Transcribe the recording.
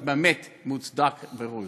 באמת, מוצדק וראוי.